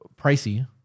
pricey